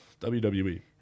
WWE